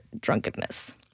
drunkenness